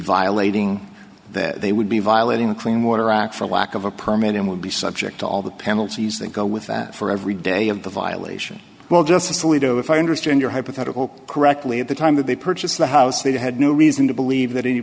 violating that they would be violating the clean water act for lack of a permit and would be subject to all the penalties that go with that for every day of the violation well justice alito if i understand your hypothetical correctly at the time that they purchased the house they had no reason to believe that any